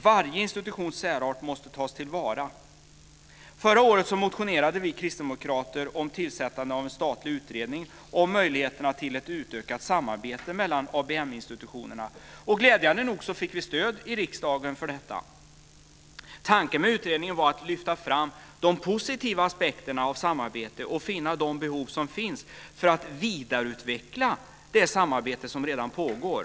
Varje institutions särart måste tas till vara. Förra året motionerade vi kristdemokrater om tillsättande av en statlig utredning om möjligheterna till ett utökat samarbete mellan ABM-institutionerna. Glädjande nog fick vi stöd i riksdagen för detta. Tanken med utredningen var att lyfta fram de positiva aspekterna av samarbete och ringa in behoven för att kunna vidareutveckla det samarbete som redan pågår.